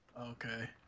Okay